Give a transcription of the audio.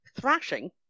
Thrashing